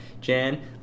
Jan